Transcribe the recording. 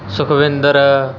Sukhwinder